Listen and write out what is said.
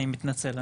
אני מתנצל,